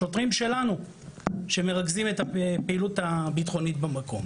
שוטרים שלנו שמרכזים את הפעילות הביטחונית במקום,